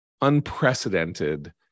unprecedented